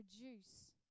produce